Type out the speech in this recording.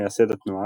מייסד התנועה,